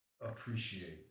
appreciate